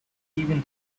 even